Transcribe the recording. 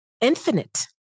infinite